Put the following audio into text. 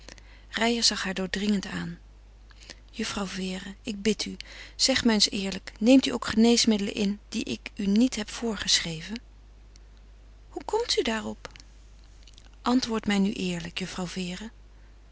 reijer zag haar doordringend aan juffrouw vere ik bid u zeg mij eens eerlijk neemt u ook geneesmiddelen in die ik u niet heb voorgeschreven hoe komt u daarop antwoord mij nu eerlijk